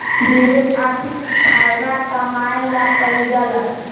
निवेश आर्थिक फायदा कमाए ला कइल जाला